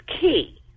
key